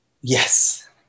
yes